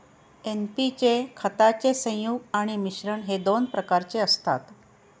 NP चे खताचे संयुग आणि मिश्रण हे दोन प्रकारचे असतात